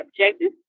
Objectives